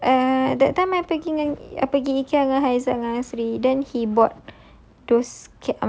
ah eh that time I pergi dengan apa pergi ikea dengan as~ asri then he bought